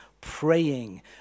praying